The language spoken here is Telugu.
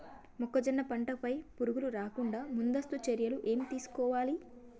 మొక్కజొన్న పంట పై పురుగు రాకుండా ముందస్తు చర్యలు ఏం తీసుకోవాలి?